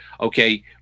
okay